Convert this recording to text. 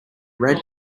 red